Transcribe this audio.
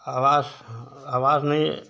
आवास आवास नहीं